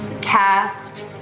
cast